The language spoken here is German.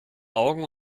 augen